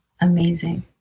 Amazing